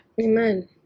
Amen